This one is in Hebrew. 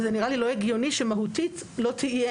וזה נראה לי לא הגיוני שמהותית לא תהיה